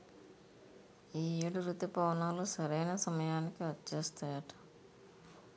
ఈ ఏడు రుతుపవనాలు సరైన సమయానికి వచ్చేత్తాయట